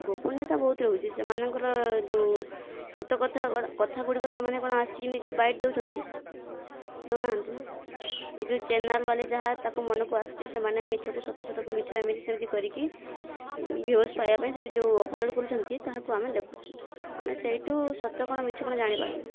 ଗୋପନୀୟତା ବହୁତ ରହୁଛି ସେମାନଙ୍କର ଯେଉଁ ସତ କଥା କଥା ଗୁଡ଼ିକ ସେମାନେ କଣ ଆସିକି ନିଜେ ବାଇଟ୍ ଦେଉଛନ୍ତି କି ଦେଉ ନାହାନ୍ତି ନା ଏ ଯେଉଁ ଚ୍ୟାନେଲ୍ ବାଲେ ଯାହା ତାଙ୍କ ମନକୁ ଆସୁଛି ସେମାନେ ମିଛକୁ ସତ ସତ କୁ ମିଛ ଏମିତି ସେମିତି କରିକି ଭିୟୁଜ୍ ପାଇବା ପାଇଁ ସେଠି ଯେଉଁ ଅପଲୋଡ଼ କରୁଛନ୍ତି ତାହାକୁ ଆମେ ଦେଖୁଛୁ ଆମେ ସେହିଠୁ ସତ କଣ ମିଛ କଣ ଜାଣିପାରୁନୁ